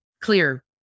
clear